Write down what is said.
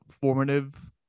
formative